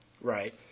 Right